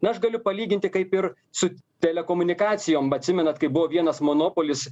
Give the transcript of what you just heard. na aš galiu palyginti kaip ir su telekomunikacijom atsimenat kaip buvo vienas monopolis